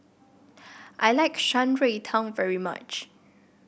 I like Shan Rui Tang very much